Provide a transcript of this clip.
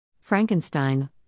Frankenstein